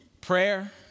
prayer